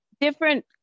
different